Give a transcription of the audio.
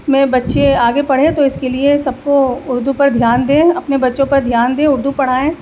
میں بچے آگے پڑھیں تو اس کے لیے سب کو اردو پر دھیان دیں اپنے بچوں پر دھیان دیں اردو پڑھائیں